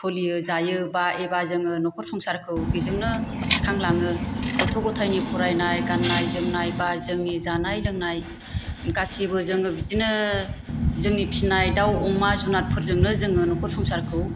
सलियो जायो बा एबा जोङो नखर संसारखौ बिजोंनो थिखां लाङो गथ' गथायनि फरायनाय गान्नाय जोमनाय बा जोंनि जानाय लोंनाय गासिबो जोङो बिदिनो जोंनि फिनाय दाउ अमा जुनादजोंनो जोङो नखर संसारखौ